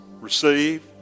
receive